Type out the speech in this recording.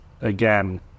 again